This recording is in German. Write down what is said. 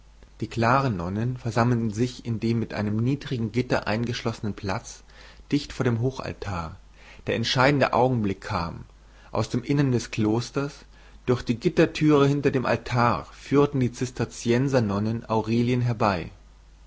die klaren nonnen versammelten sich in dem mit einem niedrigen gitter eingeschlossenen platz dicht vor dem hochaltar der entscheidende augenblick kam aus dem innern des klosters durch die gittertüre hinter dem altar führten die zisterzienser nonnen aurelien herbei